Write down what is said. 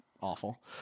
awful